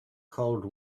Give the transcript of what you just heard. cold